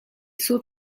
suo